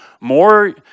More